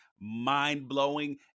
mind-blowing